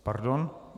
Pardon.